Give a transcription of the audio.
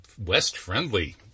west-friendly